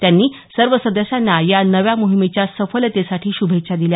त्यांनी सर्व सदस्यांना या नव्या मोहिमेच्या सफलतेसाठी श्भेच्छा दिल्या